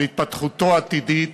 לשם התפתחותו הטבעית,